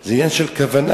זה עניין של כוונה.